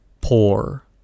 poor